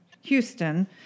Houston